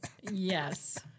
Yes